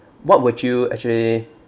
what would you actually